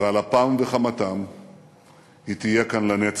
ועל אפם וחמתם היא תהיה כאן לנצח.